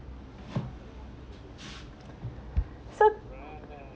so